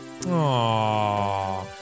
Aww